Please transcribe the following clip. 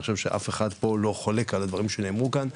אני חושב שאף אחד פה לא חולק על הדברים שנאמרו כאן,